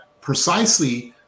precisely